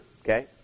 okay